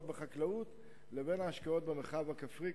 בחקלאות לבין ההשקעות במרחב הכפרי,